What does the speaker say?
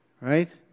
Right